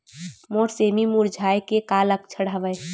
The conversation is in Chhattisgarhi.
मोर सेमी मुरझाये के का लक्षण हवय?